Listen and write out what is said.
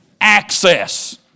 Access